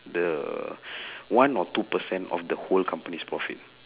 the one or two percent of the whole company's profit